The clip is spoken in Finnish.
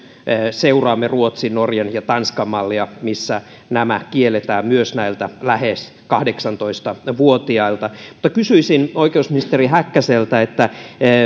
seuraamme ruotsin norjan ja tanskan mallia missä tämä kielletään myös näiltä lähes kahdeksantoista vuotiailta kysyisin oikeusministeri häkkäseltä